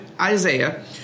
Isaiah